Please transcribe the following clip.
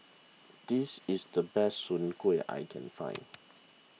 this is the best Soon Kway I can find